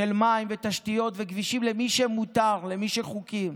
מים ותשתיות וכבישים למי שמותר, למי שחוקי,